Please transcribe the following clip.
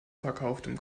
verkauftem